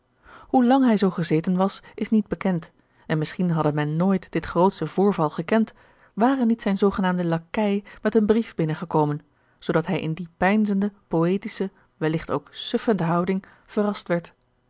hoe lang hij zoo gezeten was is niet bekend en misschien hadde men nooit dit grootsche voorval gekend ware niet zijn zoogenaamde lakei met een brief binnengekomen zoodat hij in die peinzende poëtische welligt ook suffende houding verrast werd